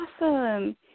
awesome